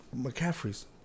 McCaffrey's